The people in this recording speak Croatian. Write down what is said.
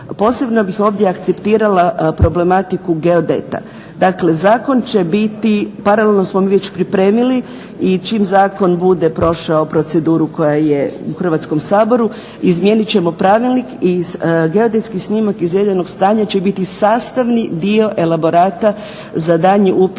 Posebno bih ovdje akceptirala problematiku geodeta. Dakle, zakon će biti, paralelno smo mi već pripremili i čim zakon bude prošao proceduru koja je u Hrvatskom saboru izmijenit ćemo pravilnik i geodetski snimak izvedenog stanja će biti sastavni dio elaborata za daljnji